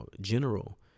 general